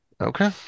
okay